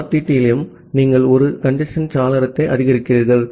ஆகவே ஒவ்வொரு ஆர்டிடியிலும் நீங்கள் 1 கஞ்சேஸ்ன் சாளரத்தை அதிகரிக்கிறீர்கள்